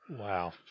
Wow